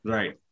Right